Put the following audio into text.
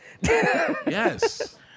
yes